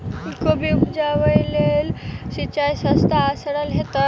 कोबी उपजाबे लेल केँ सिंचाई सस्ता आ सरल हेतइ?